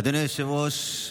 אדוני היושב-ראש,